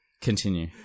continue